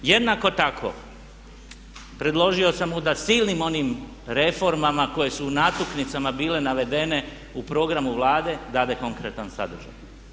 Jednako tako predložio sam u da silnim onim reformama koje su u natuknicama bile navedene u programu Vlade dade konkretan sadržaj.